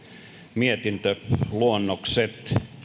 mietintöluonnokset